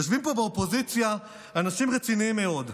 יושבים פה באופוזיציה אנשים רציניים מאוד,